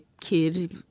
kid